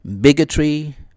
bigotry